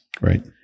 Right